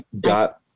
got